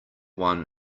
one